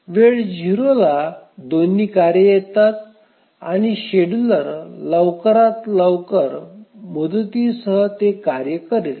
वेळ 0 ला दोन्ही कार्ये येतात आणि शेड्यूलर लवकरात लवकर मुदतीसह ते कार्य करेल